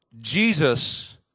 Jesus